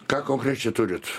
ką konkrečiai turit